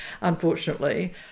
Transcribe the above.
unfortunately